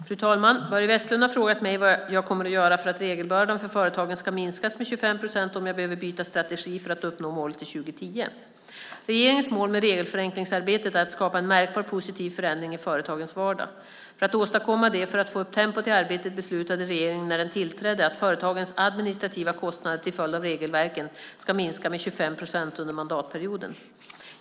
Fru talman! Börje Vestlund har frågat mig vad jag kommer att göra för att regelbördan för företagen ska minskas med 25 procent och om jag behöver byta strategi för att uppnå målet till år 2010. Regeringens mål med regelförenklingsarbetet är att skapa en märkbar positiv förändring i företagarens vardag. För att åstadkomma det, och för att få upp tempot i arbetet, beslutade regeringen när den tillträdde att företagens administrativa kostnader till följd av regelverken skulle minska med 25 procent under mandatperioden.